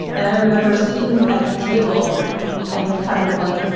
and i remember sitting at the table and kind of, like,